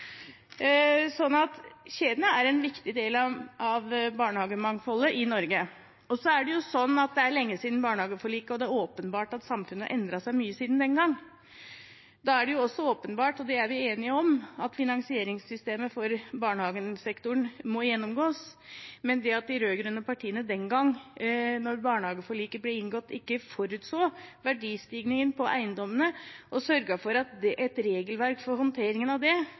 kjedene er en viktig del av barnehagemangfoldet i Norge. Det er lenge siden barnehageforliket, og det er åpenbart at samfunnet har endret seg mye siden den gang. Da er det også åpenbart, og det er vi enige om, at finansieringssystemet for barnehagesektoren må gjennomgås. Men det at de rød-grønne partiene den gang, da barnehageforliket ble inngått, ikke forutså verdistigningen på eiendommene og sørget for et regelverk for håndteringen av det,